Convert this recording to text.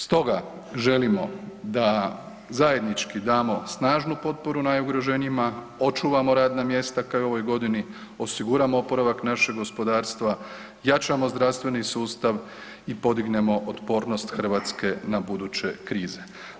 Stoga želimo da zajednički damo snažnu potporu najugroženijima, očuvamo radna mjesta kao i u ovoj godini, osiguramo oporavak našeg gospodarstva, jačamo zdravstveni sustav i podignemo otpornost Hrvatske na buduće krize.